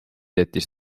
jättis